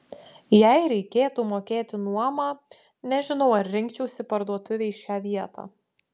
jei reikėtų mokėti nuomą nežinau ar rinkčiausi parduotuvei šią vietą